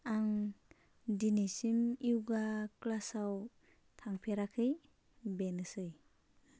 आं दिनैसिम योगा क्लासाव थांफेराखै बेनोसै